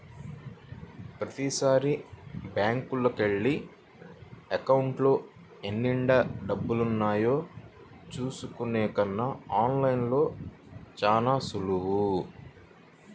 ప్రతీసారీ బ్యేంకుకెళ్ళి అకౌంట్లో ఎన్నిడబ్బులున్నాయో చూసుకునే కన్నా ఆన్ లైన్లో చానా సులువు